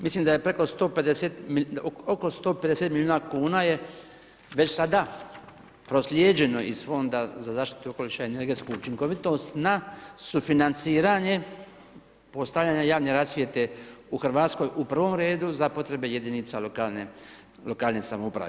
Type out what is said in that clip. Mislim da je oko 150 milijuna kuna je već sada proslijeđeno iz Fonda za zaštitu okoliša i energetsku učinkovitost na sufinanciranje postavljanja javne rasvjete u Hrvatskoj u prvom redu za potrebe jedinica lokalne samouprave.